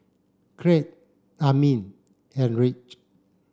Kraig Amin and Ridge